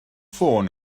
ffôn